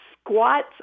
squats